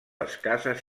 escasses